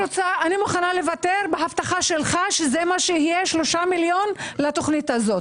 מוכנה לוותר בהבטחה שלך שזה מה שיהיה 3 מיליון לתוכנית הזו.